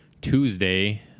Tuesday